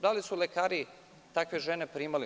Da li su lekari takve žene primali?